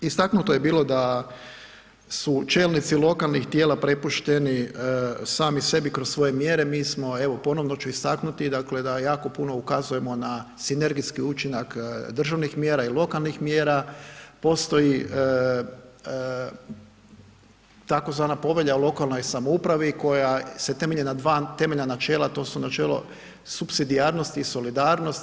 Istaknuto je bilo da su čelnici lokalnih tijela prepušteni sami sebi kroz svoje mjere, mi smo, evo ponovno ću istaknuti, dakle da jako puno ukazujemo na sinergijski učinak državnih mjera i lokalnih mjera, postoji takozvana Povelja o lokalnoj samoupravi koja se temelji na dva temeljna načela, to su načelo supsidijarnosti i solidarnosti.